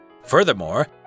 Furthermore